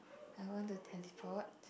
I want to teleport